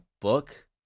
book